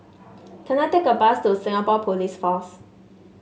can I take a bus to Singapore Police Force